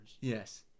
Yes